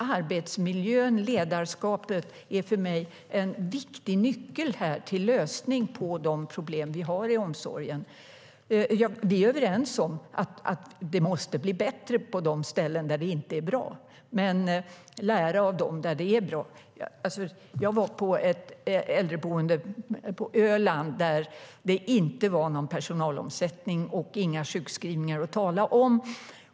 Arbetsmiljön och ledarskapet är viktiga nycklar till lösning på de problem som vi har i omsorgen. Vi är överens om att det måste bli bättre på de ställen där det inte är bra, men vi ska lära av dem där det är bra. Jag var på ett äldreboende på Öland där det inte var någon personalomsättning och inga sjukskrivningar att tala om.